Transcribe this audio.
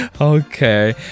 Okay